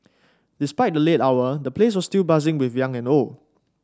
despite the late hour the place was still buzzing with young and old